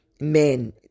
men